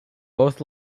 both